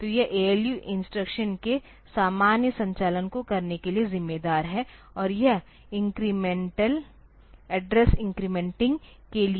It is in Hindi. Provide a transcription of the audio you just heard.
तो यह ALU इंस्ट्रक्शंस के सामान्य संचालन को करने के लिए जिम्मेदार है और यह इंक्रीमेंटल एड्रेस इंक्रेमेंटिंग के लिए है